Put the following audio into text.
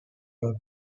work